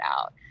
out